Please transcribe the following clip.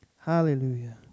Hallelujah